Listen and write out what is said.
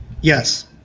Yes